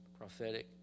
prophetic